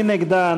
מי נגדה?